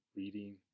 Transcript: reading